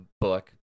book